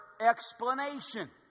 explanation